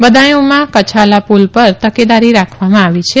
બદાયૂમાં કછાલાપૂલ પર તકેદારી રાખવામાં આવી છે